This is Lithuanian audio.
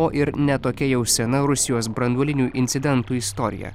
o ir ne tokia jau sena rusijos branduolinių incidentų istorija